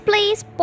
Please